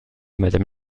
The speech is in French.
madame